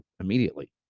immediately